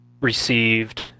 received